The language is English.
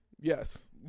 Yes